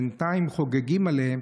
בינתיים חוגגים עליהם.